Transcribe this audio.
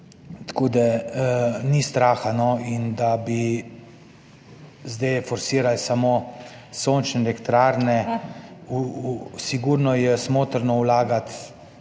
Tako da ni strahu, da bi zdaj forsirali samo sončne elektrarne, sigurno je smotrno vlagati.